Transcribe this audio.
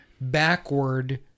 backward